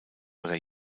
oder